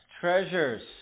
treasures